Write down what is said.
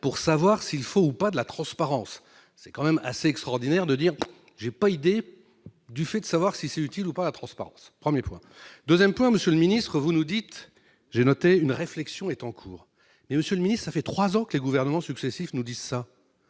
pour savoir s'il faut ou pas de la transparence, c'est quand même assez extraordinaire de dire j'ai pas idée du fait de savoir si c'est utile ou pas, la transparence 1er point 2ème point monsieur le ministre, vous nous dites, j'ai noté une réflexion est en cours mais aussi, ça fait 3 ans que les gouvernements successifs nous dit ça,